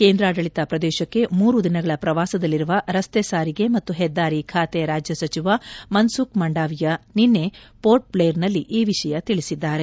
ಕೇಂದ್ರಾಡಳಿತ ಪ್ರದೇಶಕ್ಕೆ ಮೂರು ದಿನಗಳ ಪ್ರವಾಸದಲ್ಲಿರುವ ರಸ್ತೆ ಸಾರಿಗೆ ಮತ್ತು ಹೆದ್ದಾರಿ ಬಾತೆ ರಾಜ್ಯ ಸಚಿವ ಮನ್ಸುಬ್ ಮಂಡವಿಯಾ ನಿನೈ ಪೋರ್ಟ್ ಭ್ಲೇರ್ನಲ್ಲಿ ಈ ವಿಷಯ ತಿಳಿಸಿದ್ದಾರೆ